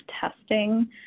testing